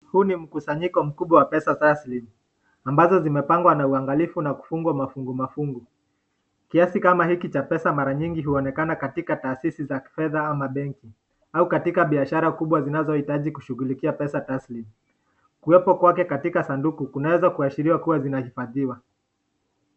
Huu ni mkusanyiko mkubwa wa pesa taslim ambazo zimepangwa na uangalifu na kufungwa mafungu mafungu. Kiasi kama hiki cha pesa mara nyingi huonekana katika taasisi za kifedha ama benki au katika biashara kubwa zinazohitaji kushughulikia pesa taslim. Kuwepo kwake katika sanduku kunaweza kuashiriwa kuwa zinahifadhiwa.